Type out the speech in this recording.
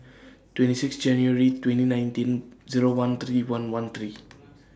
twenty six January twenty nineteen Zero one three one one three